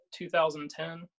2010